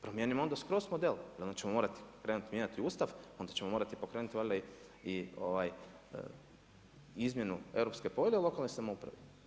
Promijenimo onda skroz model i onda ćemo morati krenuti mijenjati Ustav, onda ćemo morati pokrenuti valjda i ovaj, izmjenu Europske povelje o lokalnoj samoupravi.